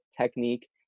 technique